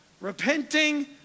repenting